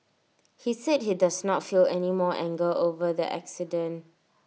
he said he does not feel any more anger over the accident